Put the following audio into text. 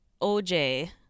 OJ